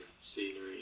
scenery